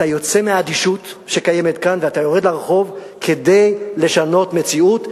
אתה יוצא מהאדישות שקיימת כאן ואתה יורד לרחוב כדי לשנות מציאות,